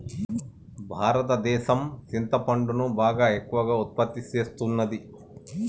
భారతదేసం సింతపండును బాగా ఎక్కువగా ఉత్పత్తి సేస్తున్నది